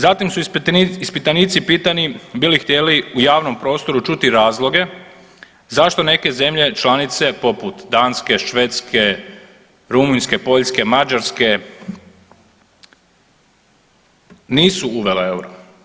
Zatim su ispitanici pitani bi li htjeli u javnom prostoru čuti razloge zašto neke zemlje članice poput Danske, Švedske, Rumunjske, Poljske, Mađarske nisu uvele euro.